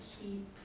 keep